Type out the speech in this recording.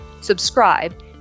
subscribe